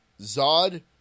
Zod